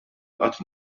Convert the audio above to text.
qatt